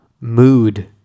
mood